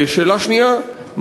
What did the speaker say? שאלה שנייה,